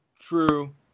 True